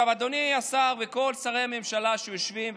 אדוני השר וכל שרי הממשלה שיושבים,